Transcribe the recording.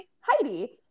Heidi